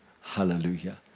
hallelujah